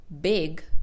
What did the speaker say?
big